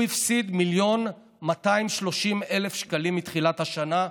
הוא הפסיד 1,230,000 שקלים מתחילת השנה.